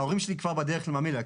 ההורים שלי כבר בדרך לממילא,